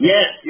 Yes